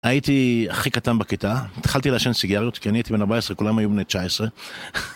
הייתי הכי קטן בכיתה, התחלתי לעשן סיגריות כי אני הייתי בן 14, כולם היו בני 19.